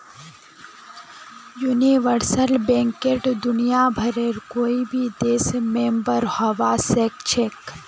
universal बैंकत दुनियाभरेर कोई भी देश मेंबर हबा सखछेख